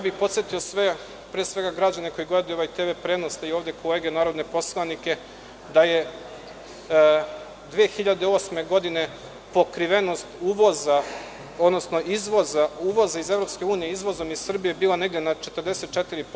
Podsetio bih sve, pre svega građane koji gledaju ovaj TV prenos i ovde kolege narodne poslanike da je 2008. godine pokrivenost uvoza, odnosno izvoza, uvoza iz EU izvozom iz Srbije bila negde 44%